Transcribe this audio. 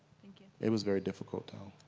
thank you. it was very difficult though.